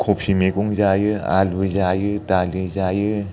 कफि मैगं जायो आलु जायो दालि जायो